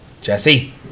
Jesse